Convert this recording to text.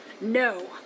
No